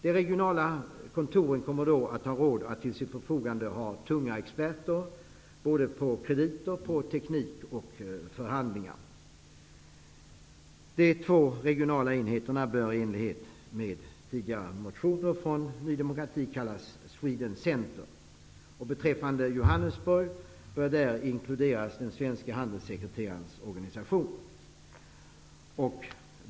De regionala kontoren kommer att ha råd att till sitt förfogande ha tunga experter på krediter, teknik och förhandlingar. De två regionala enheterna bör i enlighet med tidigare motioner från Ny demokrati kallas Sweden Center. Beträffande verksamheten i Johannesburg bör där inkluderas den svenska handelssekreterarens organisation.